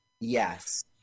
Yes